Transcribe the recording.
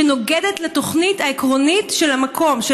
שנוגדת לתוכנית העקרונית של המקום,